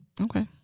Okay